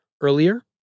earlier